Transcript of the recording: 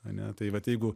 ane tai vat jeigu